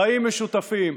חיים משותפים.